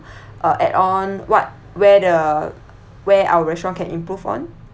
uh add on what where the where our restaurant can improve on